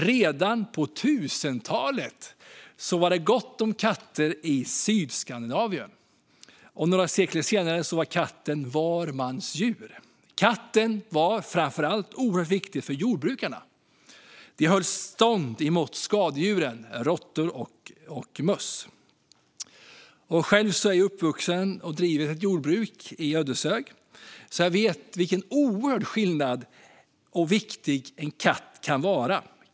Redan på 1000-talet var det gott om katter i Sydskandinavien. Några sekler senare var katten var mans djur. Katten var framför allt oerhört viktig för jordbrukarna. De höll stånd mot skadedjuren, råttor och möss. Själv är jag uppvuxen på landet och driver ett jordbruk i Ödeshög, så jag vet hur oerhört viktig en katt kan vara.